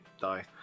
die